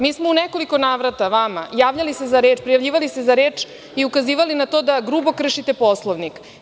Mi so u nekoliko navrata vama javljali se za reč, prijavljivali se za reč i ukazivali na to da grubo kršite Poslovnik.